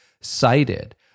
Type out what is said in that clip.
cited